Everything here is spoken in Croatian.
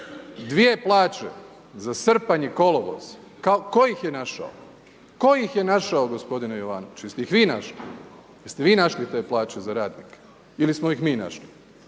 Dvije plaće, za srpanj i kolovoz, tko ih je našao? Tko ih je našao, gospodine Jovanoviću? Jeste ih vi našli? Jeste vi našli te plaće za radnike ili smo ih mi našli?